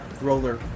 roller